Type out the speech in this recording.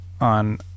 on